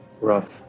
rough